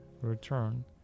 return